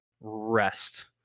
rest